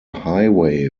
highway